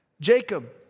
Jacob